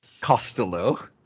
costello